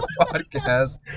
podcast